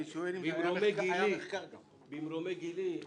ממרומי גילי,